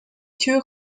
two